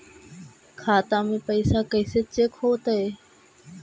खाता में पैसा कैसे चेक हो तै?